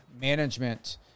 Management